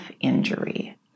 injury